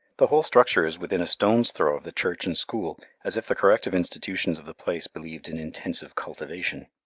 the whole structure is within a stone's throw of the church and school, as if the corrective institutions of the place believed in intensive cultivation.